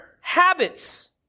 habits